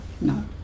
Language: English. no